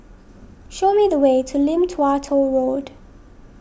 show me the way to Lim Tua Tow Road